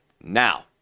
now